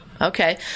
Okay